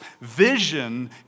vision